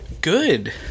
Good